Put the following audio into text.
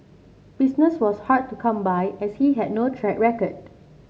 business was hard to come by as he had no track record